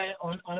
on